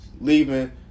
leaving